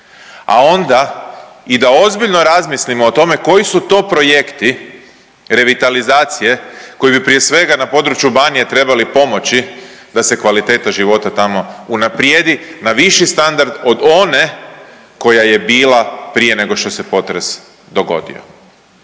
a onda i da ozbiljno razmislimo o tome koji su to projekti revitalizacije koji bi prije svega na području Banije trebali pomoći da se kvaliteta života tamo unaprijedi na viši standard od one koja je bila prije nego što se potres dogodio.